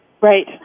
Right